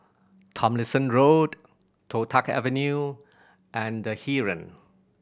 Tomlinson Road Toh Tuck Avenue and The Heeren